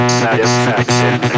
satisfaction